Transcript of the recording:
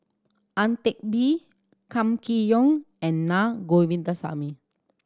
Ang Teck Bee Kam Kee Yong and Naa Govindasamy